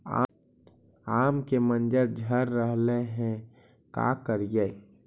आम के मंजर झड़ रहले हे का करियै?